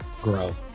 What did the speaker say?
grow